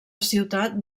ciutat